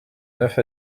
neuf